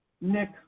Nick